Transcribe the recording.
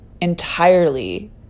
entirely